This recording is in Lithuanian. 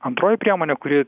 antroji priemonė kuri